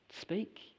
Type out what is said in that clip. speak